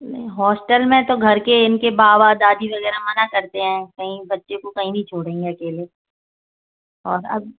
नहीं हॉस्टल में तो घर के इनके बाबा दादी वगैरह मना करते हैं कहीं बच्चे को कहीं नहीं छोड़ेंगे अकेले और अब